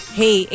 hey